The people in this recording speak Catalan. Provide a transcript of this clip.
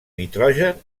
nitrogen